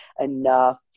enough